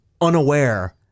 unaware